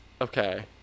Okay